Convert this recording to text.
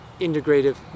integrative